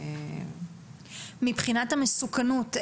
מבחינת המסוכנות,